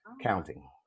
counting